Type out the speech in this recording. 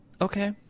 Okay